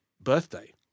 birthday